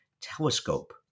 telescope